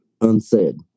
unsaid